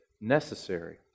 necessary